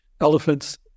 elephants